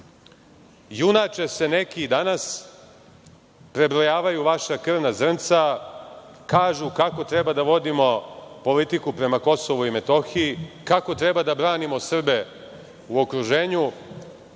se neki danas, prebrojavaju vaša krvna zrnca, kažu kako treba da vodimo politiku prema Kosovu i Metohiji, kako treba da branimo Srbe u okruženju,